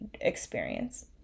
experience